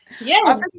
Yes